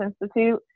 institute